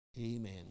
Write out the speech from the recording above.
Amen